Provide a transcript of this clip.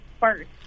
first